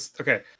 Okay